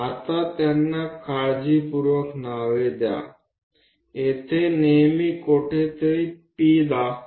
आता त्यांना काळजीपूर्वक नाव द्या येथे नेहमी कोठेतरी P दाखवा